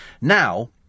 now